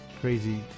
crazy